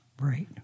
Right